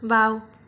বাওঁ